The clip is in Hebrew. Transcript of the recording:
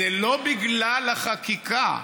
זה לא בגלל החקיקה,